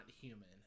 human